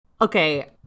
Okay